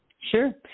Sure